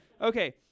Okay